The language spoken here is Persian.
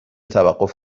توقف